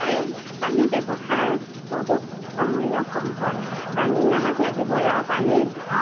কাৰণ পানী ব্যৱহাৰ বহুত অমূল্য সম্পদ পানী আমাক লাগিবই আৰু পানী